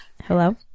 Hello